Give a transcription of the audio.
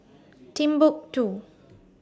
Timbuk two